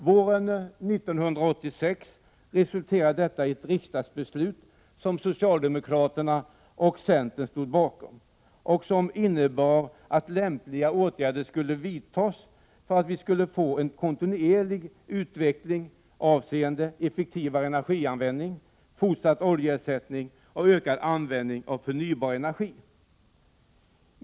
Våren 1986 resulterade detta i ett riksdagsbeslut, som socialdemokraterna och centern stod bakom och som innebar att lämpliga åtgärder skulle vidtas för att vi skulle få en kontinuerlig utveckling avseende effektivare energianvändning, fortsatt oljeersättning och ökad användning av förnybar energi.